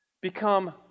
become